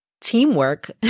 teamwork